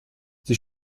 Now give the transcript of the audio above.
sie